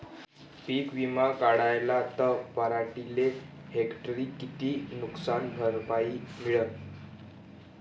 पीक विमा काढला त पराटीले हेक्टरी किती नुकसान भरपाई मिळीनं?